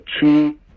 two